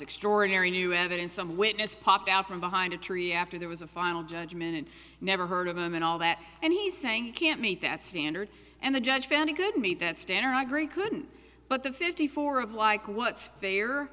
extraordinary new evidence some witness popped out from behind a tree after there was a final judgment and never heard of him and all that and he's saying can't meet that standard and the judge found it couldn't be that stan or i agree couldn't but the fifty four of like what's fair